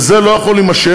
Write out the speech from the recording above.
וזה לא יכול להימשך.